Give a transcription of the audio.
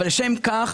אבל לשם כך,